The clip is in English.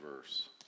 verse